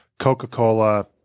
Coca-Cola